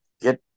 get